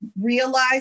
realize